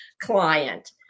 client